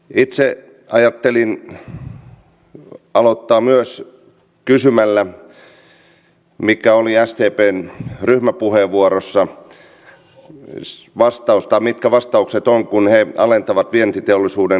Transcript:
itse ajattelin aloittaa myös kysymällä mitkä olivat sdpn ryhmäpuheenvuorossa vastaukset kun he alentavat vientiteollisuuden kustannuksia ja parantavat kilpailukykyä